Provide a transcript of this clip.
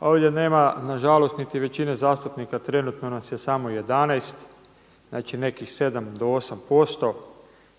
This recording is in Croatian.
Ovdje nema na žalost ni većine zastupnika. Trenutno nas je samo 11. Znači nekih 7 do 8%.